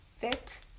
fit